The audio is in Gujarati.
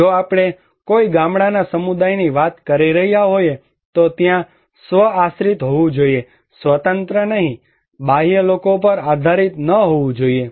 જો આપણે કોઈ ગામડાના સમુદાયની વાત કરી રહ્યા હોઈએ તો ત્યાં સ્વ આશ્રિત હોવું જોઈએ સ્વતંત્ર નહીં બાહ્ય લોકો પર આધારિત ન હોવું જોઈએ